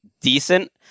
decent